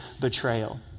betrayal